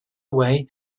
way